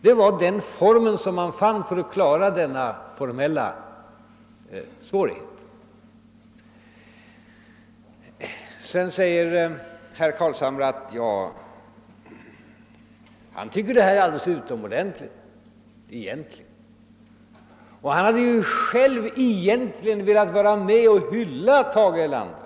Det var den formen vi valde för att klara de formella svårigheterna. Sedan sade herr Carlshamre att han egentligen tyckte att vad som här gjorts var alldeles utomordentligt; han hade själv velat vara med om att hylla Tage Erlander.